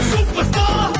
Superstar